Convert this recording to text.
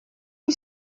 you